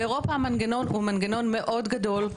באירופה המנגנון מאוד גדול.